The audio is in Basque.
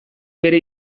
bere